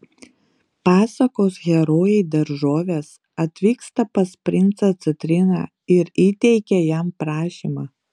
pasakos herojai daržovės atvyksta pas princą citriną ir įteikia jam prašymą